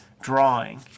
drawing